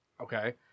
Okay